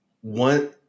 one –